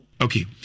okay